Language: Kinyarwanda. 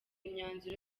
imyanzuro